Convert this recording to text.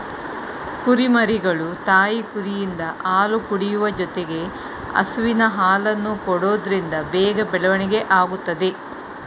ಕುರಿಮರಿಗಳು ತಾಯಿ ಕುರಿಯಿಂದ ಹಾಲು ಕುಡಿಯುವ ಜೊತೆಗೆ ಹಸುವಿನ ಹಾಲನ್ನು ಕೊಡೋದ್ರಿಂದ ಬೇಗ ಬೆಳವಣಿಗೆ ಆಗುತ್ತದೆ